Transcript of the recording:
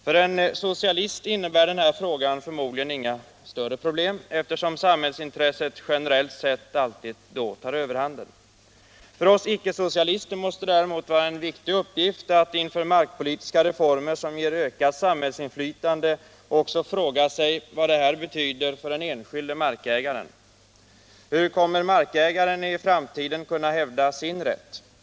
För en socialist innebär den här frågan förmodligen inga större problem, eftersom samhällsintresset generellt sett alltid då tar överhanden. För oss icke-socialister måste det däremot vara en viktig uppgift att inför markpolitiska reformer som ger ökat samhällsinflytande också fråga vad det här betyder för den enskilde markägaren. Hur kommer markägaren i framtiden att kunna hävda sin rätt?